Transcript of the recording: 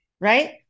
Right